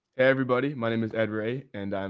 everybody, my name is ed reay and i'm,